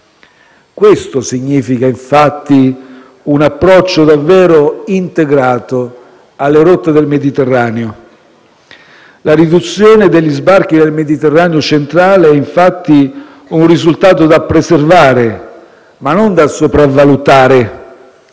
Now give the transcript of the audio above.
Ciò significa, infatti, un approccio davvero integrato alle rotte del Mediterraneo. La riduzione degli sbarchi nel Mediterraneo centrale è, infatti, un risultato da preservare, ma non da sopravvalutare;